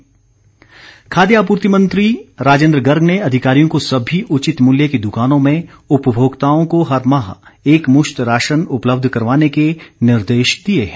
राजेंद्र गर्ग खाद्य आपूर्ति मंत्री राजेंद्र गर्ग ने अधिकारियों को सभी उचित मूल्य की दुकानों में उपभोक्ताओं को हर माह एक मुश्त राशन उपलब्ध करवाने के निर्देश दिए हैं